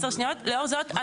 לאור זאת,